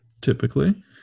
Typically